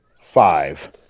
Five